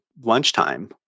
lunchtime